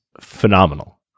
phenomenal